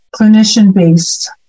clinician-based